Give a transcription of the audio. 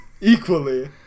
equally